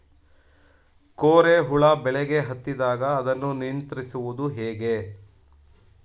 ಕೋರೆ ಹುಳು ಬೆಳೆಗೆ ಹತ್ತಿದಾಗ ಅದನ್ನು ನಿಯಂತ್ರಿಸುವುದು ಹೇಗೆ?